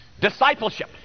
Discipleship